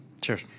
Cheers